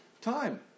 time